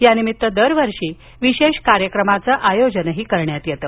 यानिमित्त दरवर्षी विशेष कार्यक्रमाचं आयोजनही करण्यात येतं